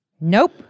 Nope